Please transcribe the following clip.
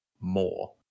more